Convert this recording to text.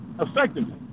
effectively